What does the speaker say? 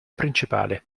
principale